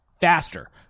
faster